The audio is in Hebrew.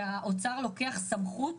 שהאוצר לוקח סמכות